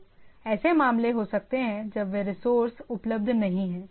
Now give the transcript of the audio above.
तो ऐसे मामले हो सकते हैं जब वे रिसोर्स उपलब्ध नहीं हैं